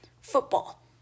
football